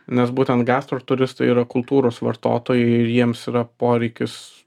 nes būtent gastro turistai yra kultūros vartotojai jiems yra poreikis